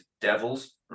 devils